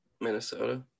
minnesota